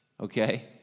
Okay